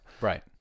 Right